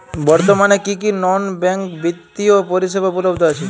বর্তমানে কী কী নন ব্যাঙ্ক বিত্তীয় পরিষেবা উপলব্ধ আছে?